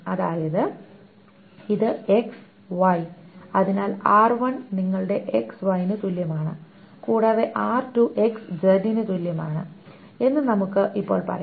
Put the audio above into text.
അതായത് ഇത് X Y അതിനാൽ R1 നിങ്ങളുടെ X Y ന് തുല്യമാണ് കൂടാതെ R2 എന്നത് X Z ന് തുല്യമാണ് എന്ന് നമുക്ക് ഇപ്പോൾ പറയാം